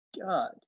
God